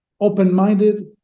open-minded